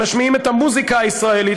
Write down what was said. שמשמיעים את המוזיקה הישראלית,